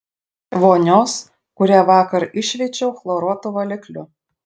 vonios kurią vakar iššveičiau chloruotu valikliu